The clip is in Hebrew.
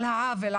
על העוול,